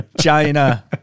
China